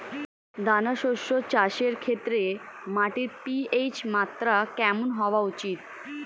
দানা শস্য চাষের ক্ষেত্রে মাটির পি.এইচ মাত্রা কেমন হওয়া উচিৎ?